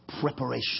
Preparation